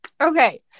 okay